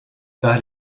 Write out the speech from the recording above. par